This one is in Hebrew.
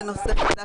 נושא חדש,